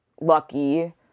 lucky